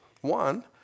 one